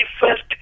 first